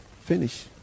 Finish